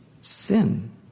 sin